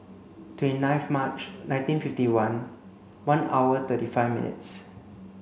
twenty ninth March nineteen fifty one one hour thirty five minutes